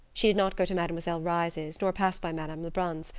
she did not go to mademoiselle reisz's nor pass by madame lebrun's,